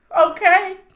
okay